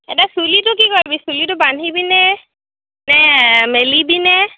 এতিয়া চুলিটো কি কৰিবি চুলিটো বান্ধিবি নে নে মেলিবি নে